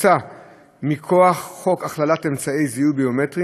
הוצא מכוח חוק הכללת אמצעי זיהוי ביומטריים